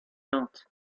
ventes